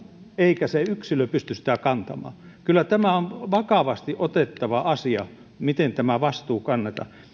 eikä se yksilö pysty sitä kantamaan kyllä tämä on vakavasti otettava asia miten tämä vastuu kannetaan